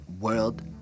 World